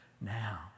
now